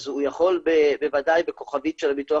הוא יכול בוודאי בכוכבית של הביטוח